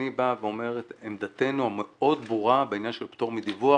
אני בא ואומר את עמדתנו המאוד ברורה בעניין של פטור מדיווח.